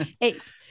Eight